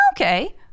okay